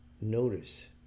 notice